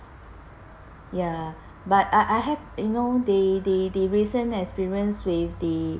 ya but I I have you know the the the recent experience with the